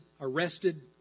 arrested